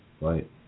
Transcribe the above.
Right